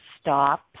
stop